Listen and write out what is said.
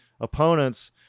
opponents